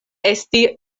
esti